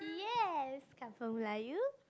yes Kampung layu